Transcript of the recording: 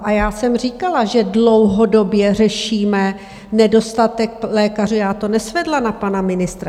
A já jsem říkala, že dlouhodobě řešíme nedostatek lékařů, já to nesvedla na pana ministra.